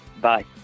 bye